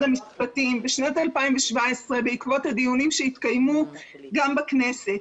המשפטים בשנת 2017 בעקבות הדיונים שהתקיימו גם בכנסת.